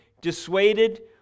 dissuaded